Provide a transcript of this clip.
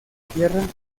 tierra